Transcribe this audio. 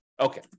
Okay